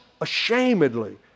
ashamedly